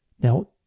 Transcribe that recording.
Now